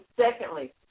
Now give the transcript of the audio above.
Secondly